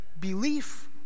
belief